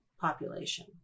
population